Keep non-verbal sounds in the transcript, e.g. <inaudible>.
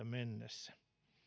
<unintelligible> mennessä